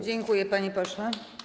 Dziękuję, panie pośle.